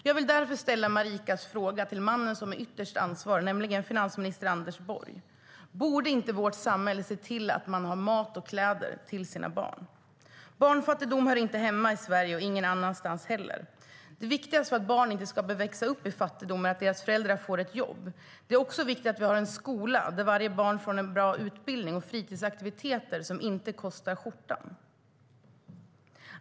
Jag vill därför ställa Marikas fråga till mannen som är ytterst ansvarig, nämligen finansminister Anders Borg: Borde inte vårt samhälle se till att man har mat och kläder till sina barn? Barnfattigdom hör inte hemma i Sverige och ingen annanstans heller. Det viktigaste för att barn inte ska behöva växa upp i fattigdom är att deras föräldrar får ett jobb. Det är också viktigt att vi har en skola där varje barn får en bra utbildning och fritidsaktiviteter som inte kostar skjortan.